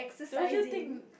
don't you think